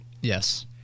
Yes